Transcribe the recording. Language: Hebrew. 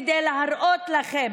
כדי להראות לכם,